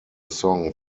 song